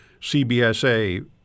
CBSA